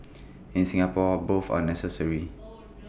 in Singapore both are necessary